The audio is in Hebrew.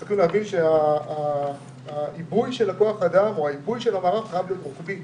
צריך להבין שעיבוי כוח האדם או עיבוי המערך חייב להיות רוחבי